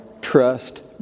trust